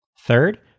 Third